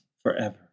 Forever